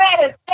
better